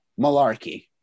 malarkey